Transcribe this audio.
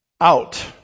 out